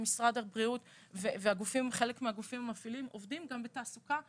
משרד הבריאות וחלק מהגופים המפעילים עובדים גם בתעסוקה נתמכת.